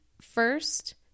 first